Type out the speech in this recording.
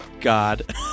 God